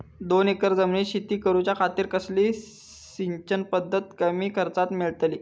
दोन एकर जमिनीत शेती करूच्या खातीर कसली सिंचन पध्दत कमी खर्चात मेलतली?